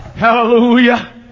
Hallelujah